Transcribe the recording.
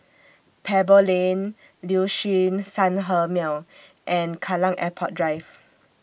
Pebble Lane Liuxun Sanhemiao and Kallang Airport Drive